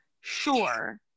sure